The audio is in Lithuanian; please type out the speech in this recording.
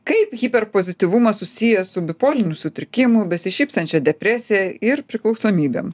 kaip hiperpozityvumas susijęs su bipoliniu sutrikimu besišypsančia depresija ir priklausomybėm